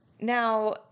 Now